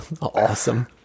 Awesome